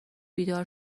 بیدار